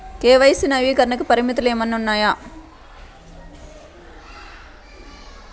KYC నవీకరణకి పరిమితులు ఏమన్నా ఉన్నాయా?